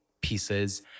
pieces